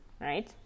right